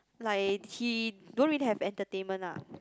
like he don't really have entertainment ah